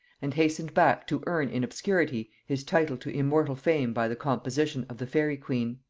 and hastened back to earn in obscurity his title to immortal fame by the composition of the faery queen.